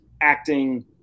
acting